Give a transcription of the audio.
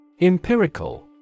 Empirical